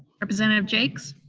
representative jaques?